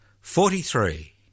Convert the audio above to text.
forty-three